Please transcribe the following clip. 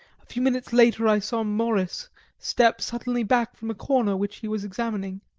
a few minutes later i saw morris step suddenly back from a corner, which he was examining.